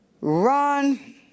run